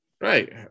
right